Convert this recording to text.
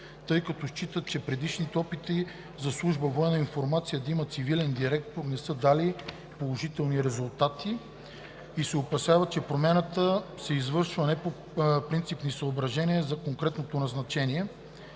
тъй като считат, че предишните опити служба „Военна информация“ да има цивилен директор не са дали положителни резултати и се опасяват, че промяната се извършва не по принципни съображения, а за конкретно назначение.